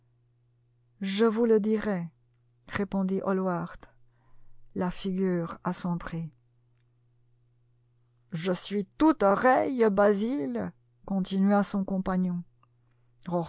je vous le dirai répondit hallward la figure assombrie je suis tout oreilles basil continua son compagnon